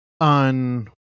on